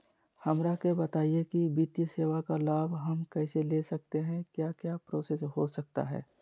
हमरा के बताइए की वित्तीय सेवा का लाभ हम कैसे ले सकते हैं क्या क्या प्रोसेस हो सकता है?